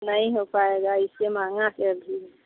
नहीं हो पाएगा इससे महंगा फ़िर भी